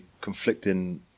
conflicting